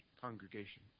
congregation